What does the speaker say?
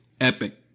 Epic